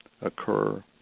occur